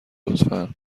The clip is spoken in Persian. لطفا